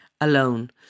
alone